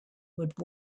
would